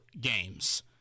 games